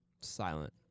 silent